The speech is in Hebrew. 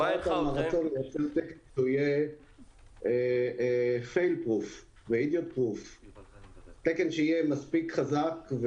הנחה אותם הרצון שהתקן שיהיה fail proof תקן שיהיה מספיק חזק,